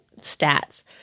stats